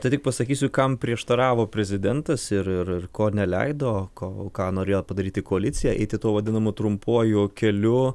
tai tik pasakysiu kam prieštaravo prezidentas ir ir ko neleido o ką norėjo padaryti koalicija eiti tuo vadinamu trumpuoju keliu